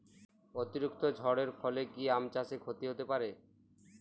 অতিরিক্ত ঝড়ের ফলে কি আম চাষে ক্ষতি হতে পারে?